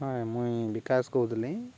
ହଁ ମୁଇଁ ବିକାଶ କହୁଥିଲି